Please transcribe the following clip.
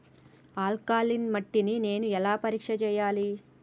Alkaline మట్టి ని నేను ఎలా పరీక్ష చేయాలి?